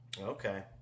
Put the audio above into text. Okay